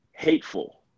Hateful